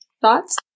Thoughts